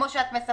כמו שאת מספרת,